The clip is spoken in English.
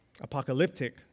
apocalyptic